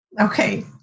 Okay